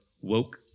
Woke